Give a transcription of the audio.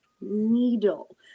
needle